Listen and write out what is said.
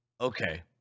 Okay